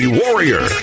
warrior